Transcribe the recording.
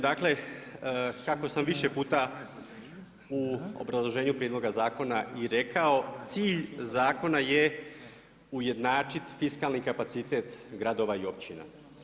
Dakle, kako sam više puta u obrazloženju prijedloga zakona i rekao cilj zakona je ujednačit fiskalni kapacitet gradova i općina.